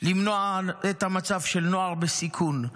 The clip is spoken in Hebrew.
למנוע את המצב של נוער בסיכון,